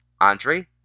Andre